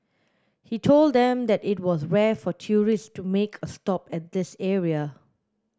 he told them that it was rare for tourists to make a stop at this area